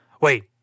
Wait